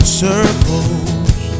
circles